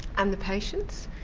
and the patients?